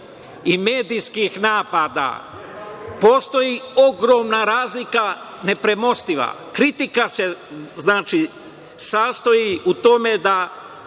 i medijskih napada postoji ogromna razlika, nepremostiva. Kritika se sastoji na